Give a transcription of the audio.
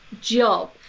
job